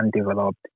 undeveloped